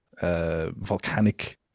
volcanic